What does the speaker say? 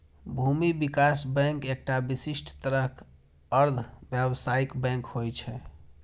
भूमि विकास बैंक एकटा विशिष्ट तरहक अर्ध व्यावसायिक बैंक होइ छै